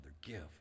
give